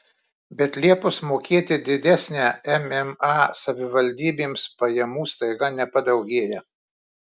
bet liepus mokėti didesnę mma savivaldybėms pajamų staiga nepadaugėja